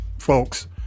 Folks